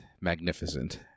magnificent